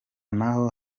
naho